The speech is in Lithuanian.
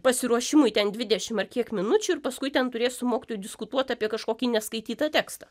pasiruošimui ten dvidešim ar kiek minučių ir paskui ten turės su mokytoju diskutuot apie kažkokį neskaitytą tekstą